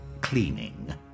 cleaning